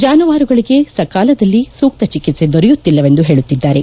ಜಾನುವಾರುಗಳಿಗೆ ಸಕಾಲದಲ್ಲಿ ಸೂಕ್ತ ಚಿಕಿತ್ಸೆ ದೊರೆಯುತ್ತಿಲ್ಲವೆಂದು ಹೇಳುತ್ತಿದ್ದಾರೆ